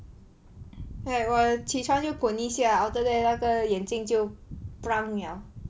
like 我起床就滚一下 after that 那个眼镜就 liao